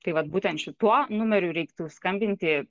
tai vat būtent šituo numeriu reiktų skambinti